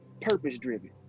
purpose-driven